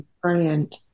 brilliant